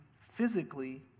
physically